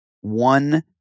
one